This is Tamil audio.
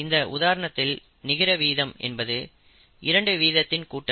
இந்த உதாரணத்தில் நிகர வீதம் என்பது இரண்டு வீதத்தின் கூட்டல்